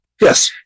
yes